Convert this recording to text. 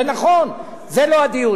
זה נכון, זה לא הדיון.